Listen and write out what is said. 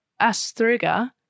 astriga